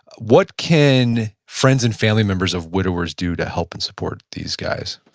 what can friends and family members of widowers do to help and support these guys?